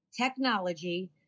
technology